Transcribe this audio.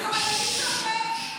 אתה לא תהיה פה.